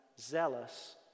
zealous